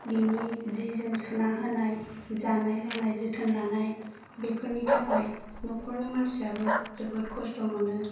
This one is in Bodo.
बेनि जि जोम सुना होनाय जानाय लोंनाय जोथोन लानाय बेफोरनि थाखाय नखरनि मानसियाबो जोबोद खस्थ' मोनो